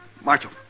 Marshal